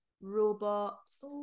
robots